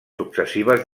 successives